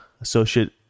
associate